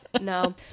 no